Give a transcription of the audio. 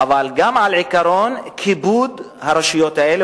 אבל גם על עקרון כיבוד הרשויות האלה,